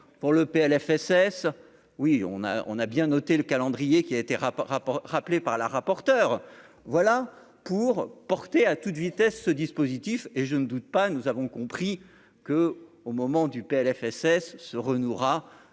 pour le PLFSS oui on a, on a bien noté le calendrier qui a été rapport rapport rappelé par la rapporteure voilà pour porter à toute vitesse, ce dispositif et je ne doute pas, nous avons compris que, au moment du PLFSS se renouera